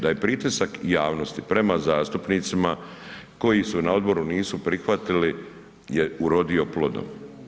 Da je pritisak javnosti prema zastupnicima koji su na odboru nisu prihvatili je urodio plodom.